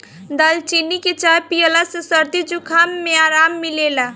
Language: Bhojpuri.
दालचीनी के चाय पियला से सरदी जुखाम में आराम मिलेला